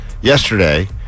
yesterday